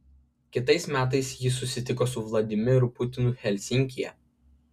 kitais metais ji susitiko su vladimiru putinu helsinkyje